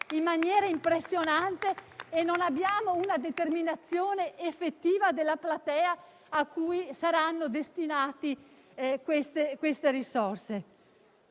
in maniera impressionante e non abbiamo una determinazione effettiva della platea a cui saranno destinate queste risorse.